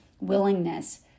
willingness